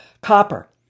Copper